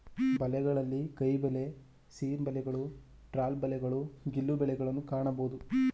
ಬಲೆಗಳಲ್ಲಿ ಕೈಬಲೆ, ಸೀನ್ ಬಲೆಗಳು, ಟ್ರಾಲ್ ಬಲೆಗಳು, ಗಿಲ್ಲು ಬಲೆಗಳನ್ನು ಕಾಣಬೋದು